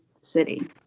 city